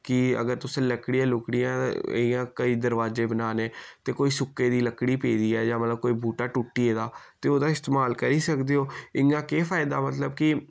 की अगर तुसें लकड़ियां लुकड़ियां इय्यां कोई दरवाजे बनाने ते कोई सुक्के दी लकड़ी पेदी ऐ जां मतलब कोई बूह्टा टुट्टी दा ते ओह्दा इस्तेमाल करी सकदे ओ इय्यां केह् फायदा मतलब कि